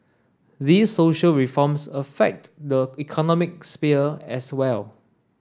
these social reforms affect the economic sphere as well